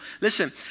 listen